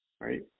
right